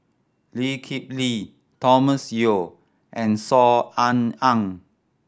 Lee Kip Lee Thomas Yeo and Saw Ean Ang